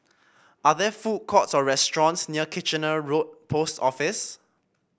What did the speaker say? are there food courts or restaurants near Kitchener Road Post Office